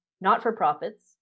not-for-profits